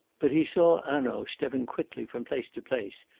but he saw hanaud stepping quickly from place to place,